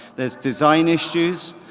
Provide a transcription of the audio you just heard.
there's design issues,